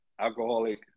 alcoholic